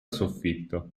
soffitto